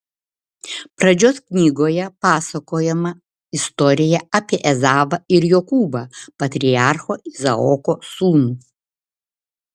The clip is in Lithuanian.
pradžios knygoje pasakojama istorija apie ezavą ir jokūbą patriarcho izaoko sūnų